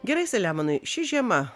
gerai selemonai ši žiema